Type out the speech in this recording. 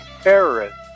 terrorist